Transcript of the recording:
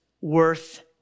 worth